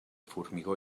formigó